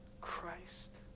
Christ